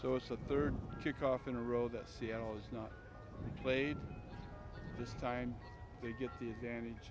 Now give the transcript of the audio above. it's the third kickoff in a row that seattle is not played this time they get the advantage